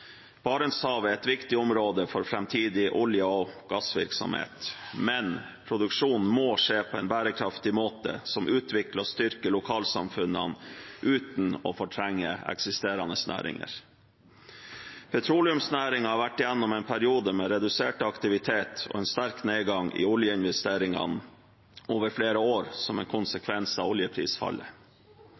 Barentshavet er et viktig område for framtidig olje- og gassvirksomhet, men produksjonen må skje på en bærekraftig måte som utvikler og styrker lokalsamfunnene uten å fortrenge eksisterende næringer. Petroleumsnæringen har vært gjennom en periode med redusert aktivitet og en sterk nedgang i oljeinvesteringene over flere år som en konsekvens av